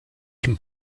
can